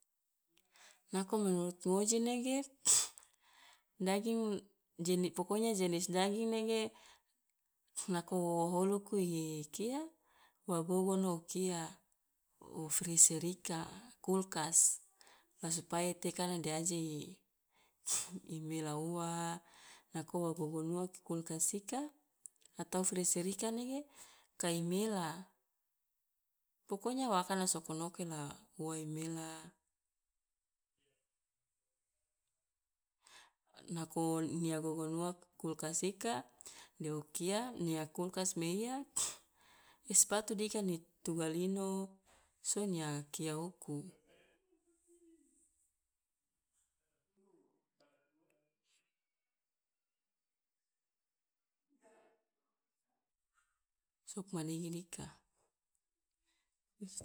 nako menurut ngoji nege daging jeni pokonya jenis daging nege nako wo holuku kia wa gogono kia frizzer ika, kulkas la supaya tekana de aje i mela ua, nako wa gogon ua kulkas ika atau frizzer ika nege kai mela, pokonya wa akana soko noke la ua i mela, nako nia gogon ua kulkas ika de o kia nia kulkas meiya es batu dika ni tugal ino so nia kia uku, sugmanege dika.